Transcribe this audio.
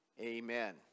Amen